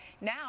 now